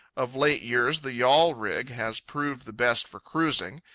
of late years the yawl rig has proved the best for cruising.